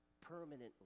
permanently